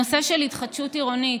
הנושא של התחדשות עירונית,